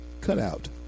cutout